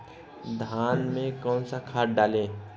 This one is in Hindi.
धान में कौन सा खाद डालें?